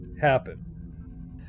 happen